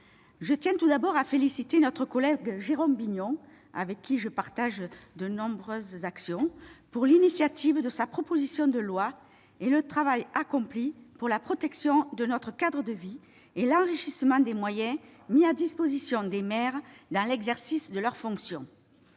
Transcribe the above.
je tiens à féliciter notre collègue Jérôme Bignon, avec qui je partage de nombreuses actions, d'avoir pris l'initiative de cette proposition de loi et d'avoir travaillé sur la protection de notre cadre de vie et l'enrichissement des moyens mis à disposition des maires dans l'exercice de leurs fonctions.